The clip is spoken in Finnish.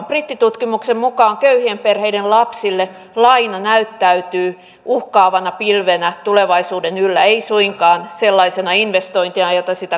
brittitutkimuksen mukaan köyhien perheiden lapsille laina näyttäytyy uhkaavana pilvenä tulevaisuuden yllä ei suinkaan sellaisena investointina jona sitä kaupataan